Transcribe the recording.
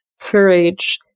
courage